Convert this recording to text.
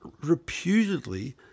reputedly